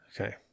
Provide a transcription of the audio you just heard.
okay